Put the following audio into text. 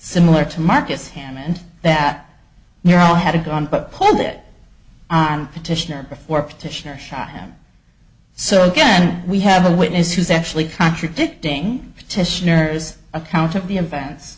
similar to marcus hammond that you're all had to go on but put it on petitioner before petitioner shot him so again we have a witness who's actually contradicting petitioner's account of the events